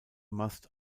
mast